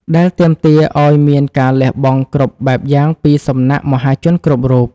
ដែលទាមទារឱ្យមានការលះបង់គ្រប់បែបយ៉ាងពីសំណាក់មហាជនគ្រប់រូប។